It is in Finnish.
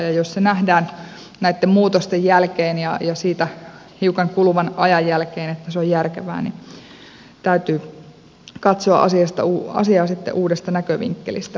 jos nähdään näitten muutosten jälkeen ja niistä hiukan kuluvan ajan jälkeen että se on järkevää niin täytyy katsoa asiaa sitten uudesta näkövinkkelistä